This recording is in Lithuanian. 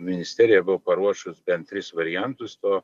ministerija buvo paruošus bent tris variantus to